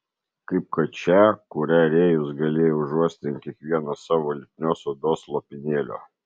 kaip kad šią kurią rėjus galėjo užuosti ant kiekvieno savo lipnios odos lopinėlio